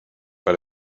per